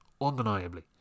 undeniably